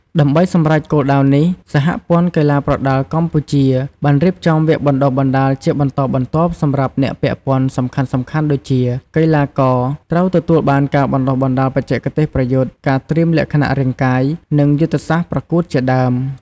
ដើម្បីសម្រេចគោលដៅនេះ សហព័ន្ធកីឡាប្រដាល់កម្ពុជា បានរៀបចំវគ្គបណ្តុះបណ្តាលជាបន្តបន្ទាប់សម្រាប់អ្នកពាក់ព័ន្ធសំខាន់ៗដូចជា កីឡាករ ត្រូវទទួលបានការបណ្តុះបណ្តាលបច្ចេកទេសប្រយុទ្ធ ការត្រៀមលក្ខណៈរាងកាយ និងយុទ្ធសាស្ត្រប្រកួតជាដើម។